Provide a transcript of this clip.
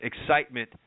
excitement